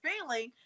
failing